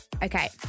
Okay